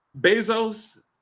Bezos